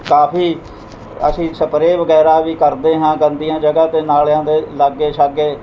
ਕਾਫੀ ਅਸੀਂ ਸਪਰੇਅ ਵਗੈਰਾ ਵੀ ਕਰਦੇ ਹਾਂ ਗੰਦੀਆਂ ਜਗ੍ਹਾ 'ਤੇ ਨਾਲ਼ਿਆਂ ਦੇ ਲਾਗੇ ਸ਼ਾਗੇ